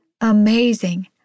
Amazing